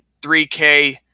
3K